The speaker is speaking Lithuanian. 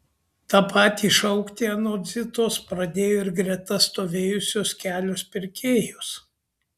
tą patį šaukti anot zitos pradėjo ir greta stovėjusios kelios pirkėjos